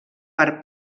per